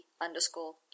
underscore